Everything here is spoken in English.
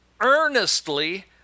earnestly